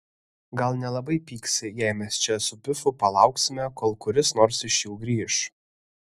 gal nelabai pyksi jei mes čia su pifu palauksime kol kuris nors iš jų grįš